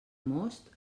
most